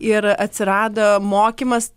ir atsirado mokymas